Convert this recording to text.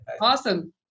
Awesome